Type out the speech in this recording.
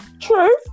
True